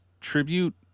tribute